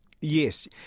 Yes